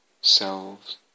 selves